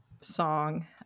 song